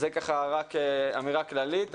זו אמירה כללית.